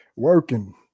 Working